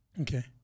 Okay